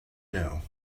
know